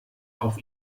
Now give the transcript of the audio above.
auf